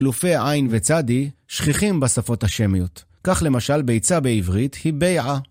לופי עין וצדי שכיחים בשפות השמיות, כך למשל ביצה בעברית היא ביעה.